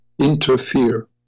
interfere